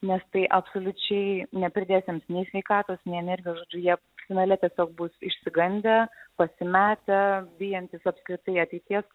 nes tai absoliučiai nepridės jums nei sveikatos nei energijos žodžiu jie finale tiesiog bus išsigandę pasimetę bijantys apskritai ateities